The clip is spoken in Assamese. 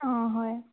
অঁ হয়